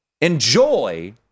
enjoy